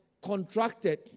contracted